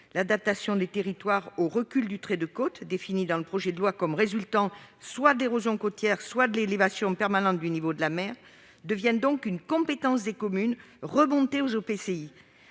L'adaptation des territoires au recul du trait de côte, défini dans le projet de loi comme résultant soit de l'érosion côtière, soit de l'élévation permanente du niveau de la mer, devient donc une compétence des communes à l'échelon des EPCI.